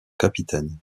capitaine